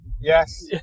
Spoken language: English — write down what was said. Yes